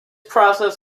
process